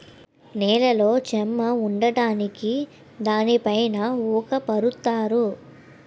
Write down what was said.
నేలలో చెమ్మ ఉండడానికి దానిపైన ఊక పరుత్తారు